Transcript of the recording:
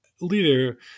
leader